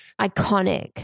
Iconic